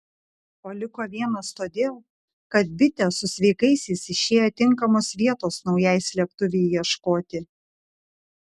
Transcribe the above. o liko vienas todėl kad bitė su sveikaisiais išėjo tinkamos vietos naujai slėptuvei ieškoti